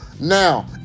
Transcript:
now